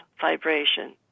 vibration